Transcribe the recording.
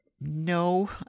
No